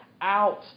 out